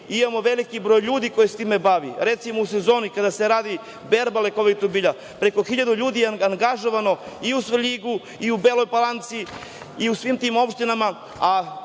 Imamo veliki broj ljudi koji se time bavi. Recimo u sezoni, kada se radi berba lekovitog bilja, preko hiljade ljudi je angažovano i u Svrljigu i u Beloj Palanci i svim tim opštinama,